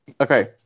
Okay